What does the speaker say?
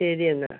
ശരി എന്നാൽ